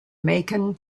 macon